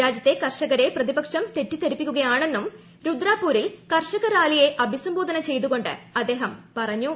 രാജ്യത്തെ കർഷകരെ പ്രതിപക്ഷം തെറ്റിദ്ധരിപ്പിക്കുകയാണെന്നും രുദ്ദാപൂരിൽ കർഷക റാലിയെ അഭിസംബോധന ചെയ്തു സംസാരിക്കു്വ അദ്ദേഹം പറഞ്ഞു